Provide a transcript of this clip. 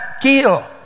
kill